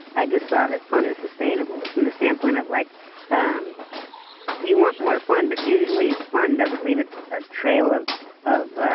i just saw that fun is sustainable from the standpoint of like um you want more fun, but usually fun doesn't leave a ah trail of of